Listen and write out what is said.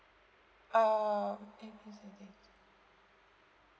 um A B C D